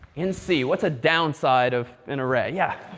in c, what's a downside of an array? yeah?